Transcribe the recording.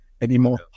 anymore